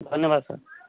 ଧନ୍ୟବାଦ ସାର୍